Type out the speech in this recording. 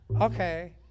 Okay